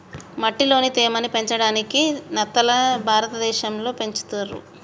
మట్టిలోని తేమ ని పెంచడాయికి నత్తలని భారతదేశం లో పెంచుతర్